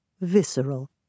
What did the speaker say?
visceral